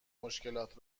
مشکلات